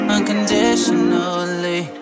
Unconditionally